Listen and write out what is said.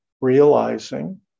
realizing